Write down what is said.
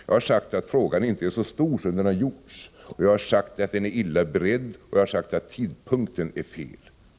Jag har sagt att frågan inte är så stor som den har gjorts, att den är illa beredd och att tidpunkten var fel.